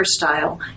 hairstyle